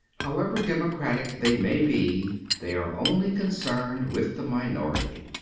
however democratic they may be, they are only concerned with the minority.